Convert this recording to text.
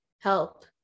help